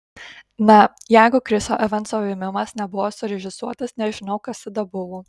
na jeigu chriso evanso vėmimas nebuvo surežisuotas nežinau kas tada buvo